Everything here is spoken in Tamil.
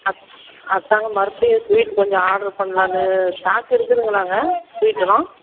அத் அதுதாங்க மறுபடியும் ஸ்வீட் கொஞ்சம் ஆட்ரு பண்ணலான்னு ஸ்டாக்கு இருக்குதுங்களாங்க ஸ்வீட்டெலாம்